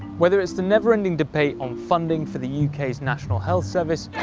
whether it's the never-ending debate on funding for the u k s national health service.